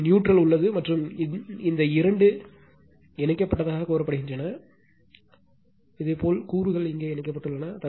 இங்கே நியூட்ரல் உள்ளது மற்றும் இந்த இரண்டு இணைக்கப்பட்டதாகக் கூறப்படுகின்றன இதேபோல் கூறுகள் இங்கே இணைக்கப்பட்டுள்ளன